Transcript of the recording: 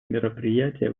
мероприятия